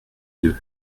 deux